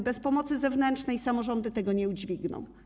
Bez pomocy zewnętrznej samorządy tego nie udźwigną.